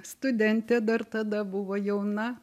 studentė dar tada buvo jauna